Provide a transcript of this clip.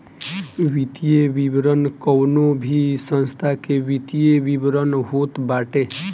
वित्तीय विवरण कवनो भी संस्था के वित्तीय विवरण होत बाटे